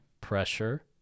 Pressure